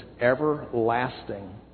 everlasting